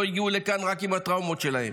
לא הגיעו לכאן רק עם הטראומות שלהם,